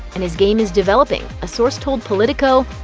and his game is developing. a source told politico,